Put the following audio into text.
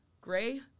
Gray